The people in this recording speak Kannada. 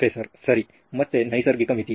ಪ್ರೊಫೆಸರ್ ಸರಿ ಮತ್ತೆ ನೈಸರ್ಗಿಕ ಮಿತಿ